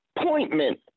appointment